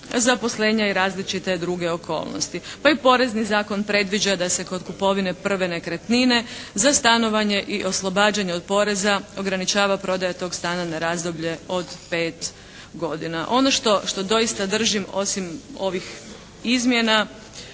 zaposlenja i različite druge okolnosti. Pa i porezni zakon predviđa da se kod kupovine prve nekretnine za stanovanje i oslobađanje od poreza ograničava prodaja tog stana na razdoblje od pet godina. Ono što doista držim osim ovih izmjena